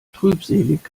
trübselig